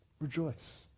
Rejoice